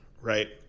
right